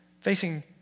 facing